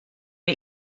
wir